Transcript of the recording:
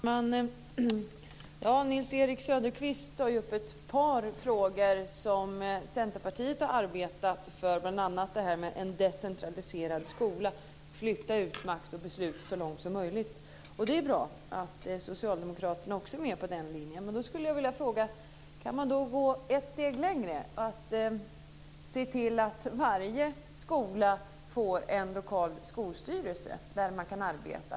Fru talman! Nils-Erik Söderqvist tar upp ett par frågor som Centerpartiet har arbetat för. Det är bl.a. detta med en decentraliserad skola, att flytta ut makt och beslut så långt som möjligt. Det är bra att också Socialdemokraterna går med på den linjen. Men jag vill fråga om man skulle kunna gå ett steg längre? Kan man se till att varje skola får en lokal skolstyrelse, där man kan arbeta?